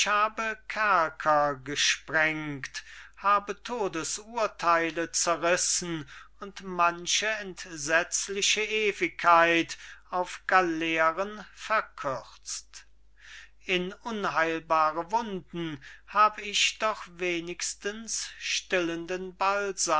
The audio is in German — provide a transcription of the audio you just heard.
habe kerker gesprengt habe todesurtheile zerrissen und manche entsetzliche ewigkeit auf galeeren verkürzt in unheilbare wunden hab ich doch wenigstens stillenden